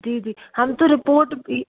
जी जी हम तो रिपोर्ट भी